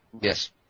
Yes